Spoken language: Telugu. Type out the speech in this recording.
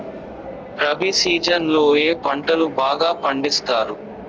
రబి సీజన్ లో ఏ పంటలు బాగా పండిస్తారు